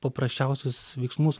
paprasčiausius veiksmus